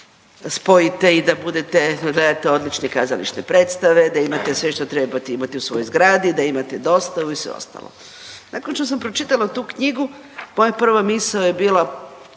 spojite i da budete da gledate odlične kazališne predstave, da imate sve što trebate imati u svojoj zgradi, da imate dostavu i sve ostalo. Nakon što sam pročitala tu knjigu moja prva misao je bila